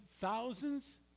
thousands